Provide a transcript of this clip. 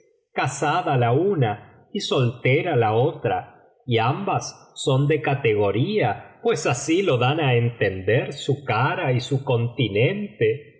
mil noches y una noche tera la otra y ambas son de categoría pues asi lo dan á entender su cara y su continente